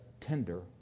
tender